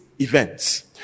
events